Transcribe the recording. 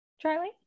Charlie